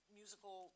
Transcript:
musical